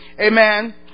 Amen